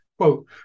Quote